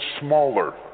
smaller